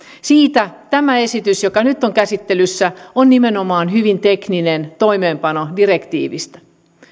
tämä esitys joka nyt on käsittelyssä on nimenomaan hyvin tekninen toimeenpano direktiivistä